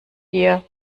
dir